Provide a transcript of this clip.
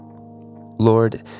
Lord